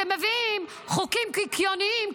אתם מביאים חוקים קיקיוניים,